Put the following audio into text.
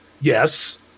Yes